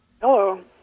Hello